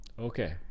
okay